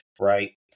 Right